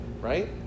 right